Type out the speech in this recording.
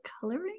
coloring